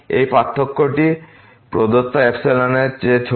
এই পার্থক্যটি প্রদত্ত অ্যাপসিলনের চেয়ে ছোট